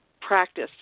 practice